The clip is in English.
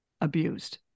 abused